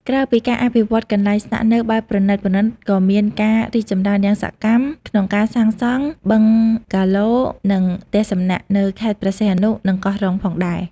ក្រៅពីការអភិវឌ្ឍន៍កន្លែងស្នាក់នៅបែបប្រណីតៗ ក៏មានការរីកចម្រើនយ៉ាងសកម្មក្នុងការសាងសង់ បឹងហ្គាឡូ និង ផ្ទះសំណាក់ នៅខេត្តព្រះសីហនុ និងកោះរ៉ុងផងដែរ។